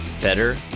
better